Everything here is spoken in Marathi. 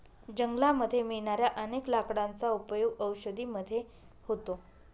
जंगलामध्ये मिळणाऱ्या अनेक लाकडांचा उपयोग औषधी मध्ये होतो